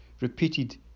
repeated